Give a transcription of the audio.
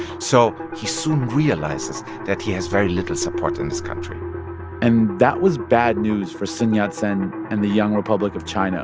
so he soon realizes that he has very little support in this country and that was bad news for sun yat-sen and the young republic of china